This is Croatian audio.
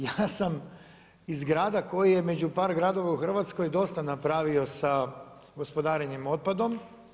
Ja sam iz grada koji je među par gradova u Hrvatskoj dosta napravio sa gospodarenjem otpadom.